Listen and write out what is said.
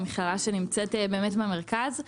מכללה שנמצאת באמת במרכז.